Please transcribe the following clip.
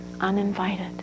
uninvited